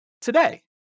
today